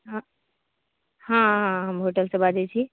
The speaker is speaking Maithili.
हॅं हॅं हॅं हॅं हम होटलसँ बाजै छी